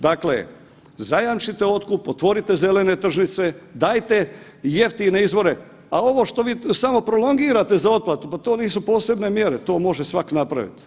Dakle, zajamčite otkup, otvorite zelene tržnice, dajte jeftine izvore, a ovo što samo prolongirate samo za otplatu to nisu posebne mjere, to može svak napravit.